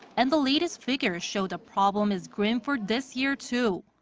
and the latest figures show the problem is grim for this year too.